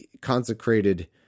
consecrated